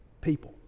people